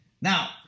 Now